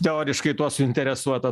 teoriškai tuo suinteresuota